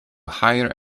hire